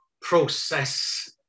process